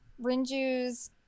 Rinju's